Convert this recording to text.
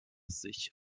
sich